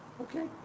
okay